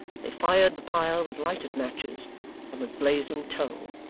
they fired the pile with lighted matches and with blazing tow,